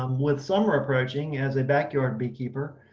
um with summer approaching as a backyard beekeeper,